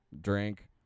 Drink